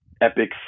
Epic